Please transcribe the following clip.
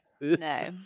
no